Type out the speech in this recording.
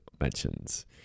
mentions